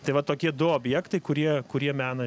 tai va tokie du objektai kurie kurie mena